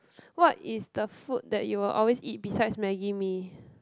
what is the food that you will always eat besides maggie mee